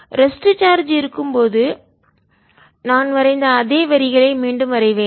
rest charge இருக்கும் போது நான் வரைந்த அதே வரிகளை மீண்டும் வரைவேன்